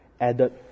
added